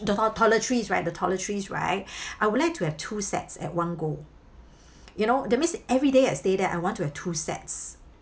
the to~ toiletries right the toiletries right I would like to have two sets at one go you know that means everyday I stay there I want to have two sets